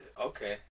Okay